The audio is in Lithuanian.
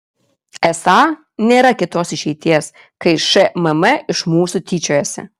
esą nėra kitos išeities kai šmm iš mūsų tyčiojasi